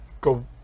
go